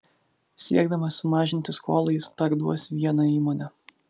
siekdamas sumažinti skolą jis parduos vieną įmonę